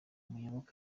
muyoboke